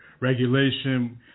regulation